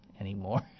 anymore